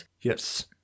Yes